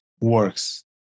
works